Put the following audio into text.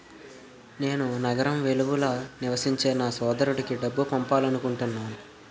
నేను నగరం వెలుపల నివసించే నా సోదరుడికి డబ్బు పంపాలనుకుంటున్నాను